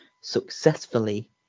successfully